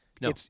No